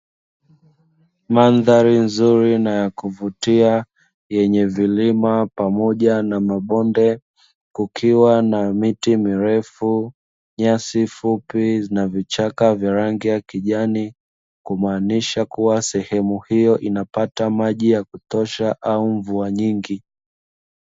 Mandhari nzuri na yakuvutia yenye vilima pamoja na mabonde, kukiwa na miti mirefu, nyasi fupi na vichaka vya rangi ya kijani, kumaanisha kuwa sehemu hiyo inapata maji ya kutosha au mvua nyingi.